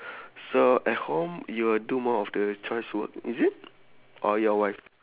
so at home you will do more of the chores work is it or your wife